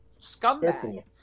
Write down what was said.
Scumbag